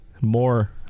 more